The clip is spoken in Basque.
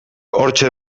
hortxe